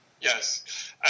Yes